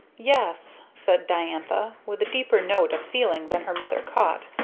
yes, said diantha, with a deeper note of feeling than her mother caught,